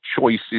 choices